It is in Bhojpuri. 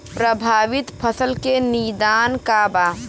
प्रभावित फसल के निदान का बा?